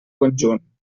conjunt